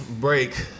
Break